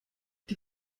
die